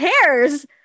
cares